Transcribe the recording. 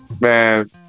man